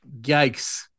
yikes